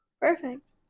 Perfect